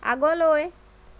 আগলৈ